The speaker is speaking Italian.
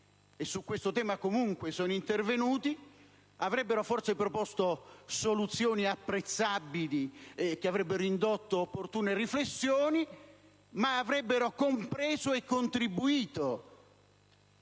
e su questo tema comunque sono intervenuti avrebbero forse proposto soluzioni apprezzabili che avrebbero indotto opportune riflessioni, ma avrebbero compreso e contribuito